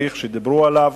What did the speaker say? בסוג הפריך שדיברו עליו.